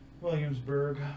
Williamsburg